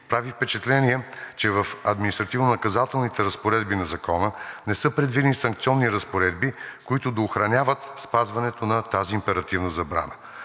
Прави впечатление, че в административнонаказателните разпоредби на Закона не са предвидени санкционни разпоредби, които да охраняват спазването на тази императивна забрана.